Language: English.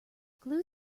glue